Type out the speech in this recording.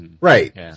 Right